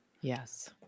Yes